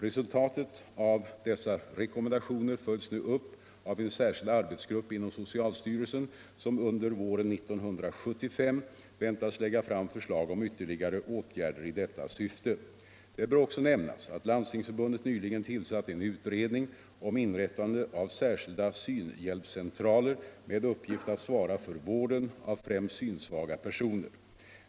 Resultatet av dessa rekommendationer följs nu upp av en särskild arbetsgrupp inom socialstyrelsen, som under våren 1975 väntas lägga fram förslag om ytterligare åtgärder i detta syfte. Det bör också nämnas att Landstingsförbundet nyligen tillsatt en utredning om inrättande av särskilda synhjälpscentraler med uppgift att svara för vården av främst synsvaga personer.